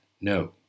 No